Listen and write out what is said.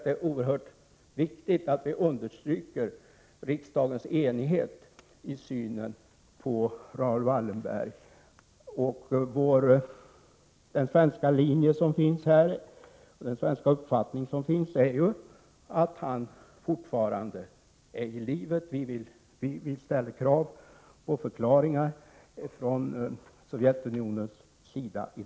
Det är oerhört viktigt att vi understryker riksdagens enighet i synen på Raoul Wallenberg. Den svenska uppfattningen och den linje som vi följer är att Raoul Wallenberg fortfarande ärilivet. Vi ställer fortfarande krav på förklaringar från Sovjetunionens sida.